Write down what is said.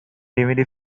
remedy